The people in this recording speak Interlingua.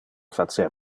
facer